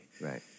Right